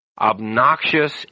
obnoxious